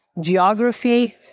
geography